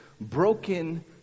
broken